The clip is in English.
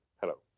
hello